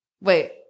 wait